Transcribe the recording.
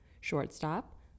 shortstop